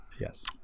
yes